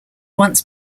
once